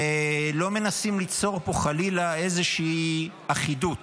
לא מנסים ליצור פה חלילה איזושהי אחידות,